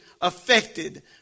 affected